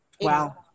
Wow